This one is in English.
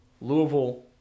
Louisville